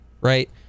right